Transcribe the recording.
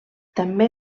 també